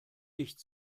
nicht